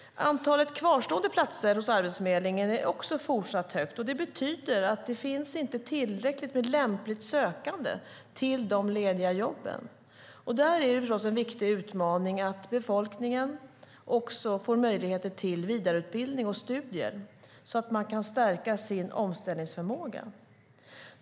Antalet kvarstående platser hos Arbetsförmedlingen är också fortsatt stort, och det betyder att det inte finns tillräckligt många lämpliga sökande till de lediga jobben. Det är då en viktig utmaning att befolkningen får möjligheter till vidareutbildning och studier så att man kan stärka sin omställningsförmåga.